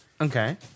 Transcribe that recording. Okay